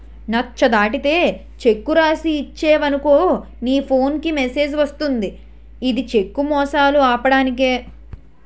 నచ్చ దాటితే చెక్కు రాసి ఇచ్చేవనుకో నీ ఫోన్ కి మెసేజ్ వస్తది ఇది చెక్కు మోసాలు ఆపడానికే